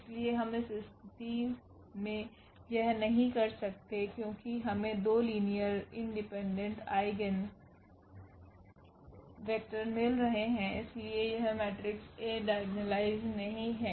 इसलिए हम इस स्थिति में यह नहीं कर सकते क्योंकि हमें 2 लीनियर इंडिपेंडेंट आइगेन वेक्टर मिल रहे हैं और इसलिए यह मेट्रिक्स A डाइगोनलाइज नहीं है